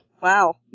Wow